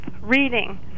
reading